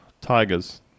Tigers